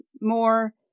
more